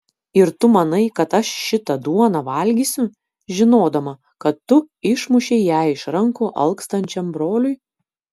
ir tu manai kad aš šitą duoną valgysiu žinodama kad tu išmušei ją iš rankų alkstančiam broliui